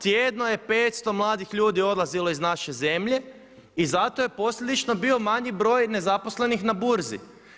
Tjedno je 500 mladih ljudi odlazilo iz naše zemlje i zato je bio posljedično bio manji broj nezaposlenih na burzi.